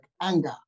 anger